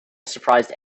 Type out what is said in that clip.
surprised